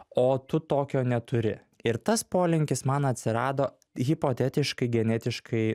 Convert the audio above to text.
o tu tokio neturi ir tas polinkis man atsirado hipotetiškai genetiškai